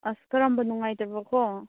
ꯑꯁ ꯀꯔꯝꯕ ꯅꯨꯡꯉꯥꯏꯇꯕ꯭ꯔꯥꯀꯣ